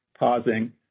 pausing